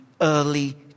early